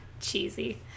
Cheesy